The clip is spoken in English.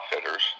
outfitters